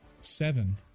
Seven